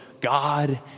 God